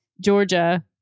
Georgia